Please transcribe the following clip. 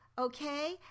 Okay